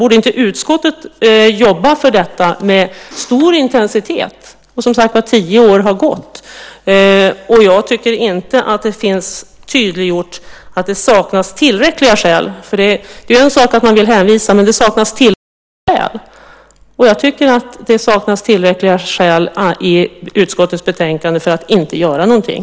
Borde inte utskottet med stor intensitet jobba för det? Tio år har som sagt gått. Jag tycker inte att det finns tydliggjort att det saknas tillräckliga skäl. En sak är att man vill hänvisa, men det saknas just tillräckliga skäl. Jag tycker att det i utskottets betänkande saknas tillräckliga skäl för att inte göra någonting.